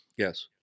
Yes